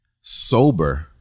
sober